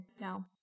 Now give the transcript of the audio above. No